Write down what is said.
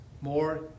more